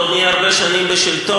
ועוד נהיה הרבה שנים בשלטון,